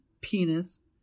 Penis